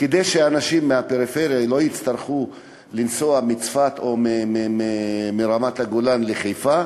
כדי שאנשים מהפריפריה לא יצטרכו לנסוע מצפת או מרמת-הגולן לחיפה.